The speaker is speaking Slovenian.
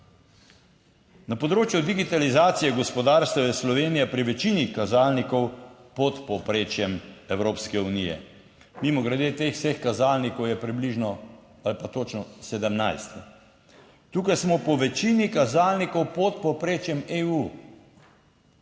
Na področju digitalizacije gospodarstev je Slovenija pri večini kazalnikov pod povprečjem Evropske unije. Mimogrede teh vseh kazalnikov je približno ali pa točno 17. Tukaj smo po večini kazalnikov pod povprečjem EU,